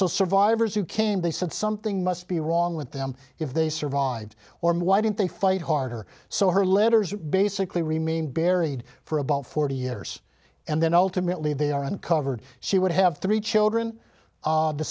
so survivors who came they said something must be wrong with them if they survived or why didn't they fight harder so her letters basically remain buried for about forty years and then ultimately they are uncovered she would have three children